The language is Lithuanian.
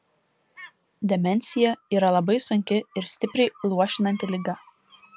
demencija yra labai sunki ir stipriai luošinanti liga